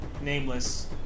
nameless